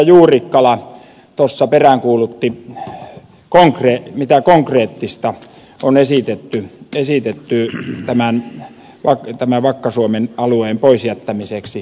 juurikkala tuossa peräänkuulutti mitä konkreettista on esitetty vakka suomen alueen pois jättämiseksi tästä kansallispuistosta